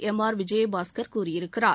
M R Vijayabaskar கூறியிருக்கிறார்